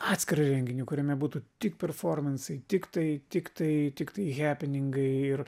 atskirą renginį kuriame būtų tik performansai tiktai tiktai tiktai hepeningai ir